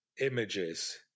images